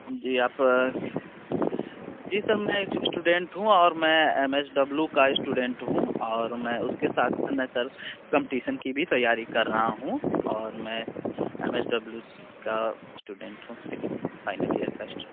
जी आप जी सर मैं स्टूडेंट हूँ और मैं एम एस डब्ल्यू का स्टूडेंट हूँ और मैं उसके साथ मैं सर कंपटीशन की भी तैयारी कर रहा हूँ और मैं एम एस डब्ल्यू का स्टूडेंट हूँ सेकेंड फाइनल ईयर का स्टू